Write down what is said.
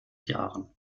jahren